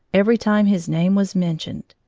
every time his name was mentioned.